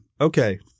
Okay